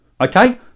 okay